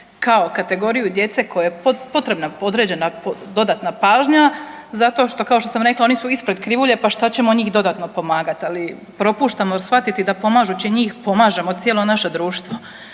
kao kategoriju djece kojoj je potrebna određena dodatna pažnja zato što kao što sam rekla oni su ispred krivulje pa šta ćemo njih dodatno pomagati, ali propuštamo shvatiti da pomažući njih pomažemo cijelo naše društvo.